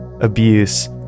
abuse